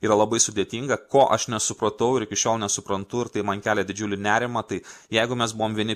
yra labai sudėtinga ko aš nesupratau ir iki šiol nesuprantu ir tai man kelia didžiulį nerimą tai jeigu mes buvom vieni